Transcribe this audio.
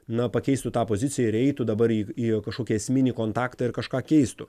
na pakeistų tą poziciją ir eitų dabar į į kažkokį esminį kontaktą ir kažką keistų